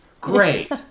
Great